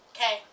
Okay